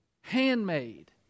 Handmade